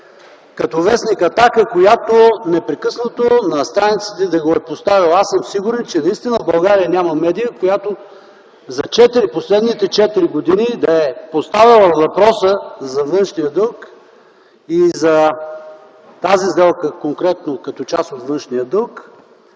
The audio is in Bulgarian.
като в. „Атака”, която непрекъснато на страниците да го е поставяла. Аз съм сигурен, че наистина в България няма медия, която за последните четири години да е поставяла въпроса за външния дълг и за тази сделка конкретно, като част от външния дълг,